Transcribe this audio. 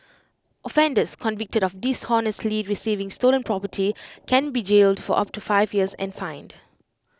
offenders convicted of dishonestly receiving stolen property can be jailed for up to five years and fined